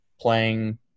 playing